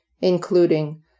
including